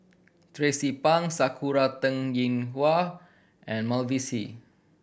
Tracie Pang Sakura Teng Ying Hua and Mavis Hee